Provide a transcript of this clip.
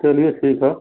चलिए ठीक है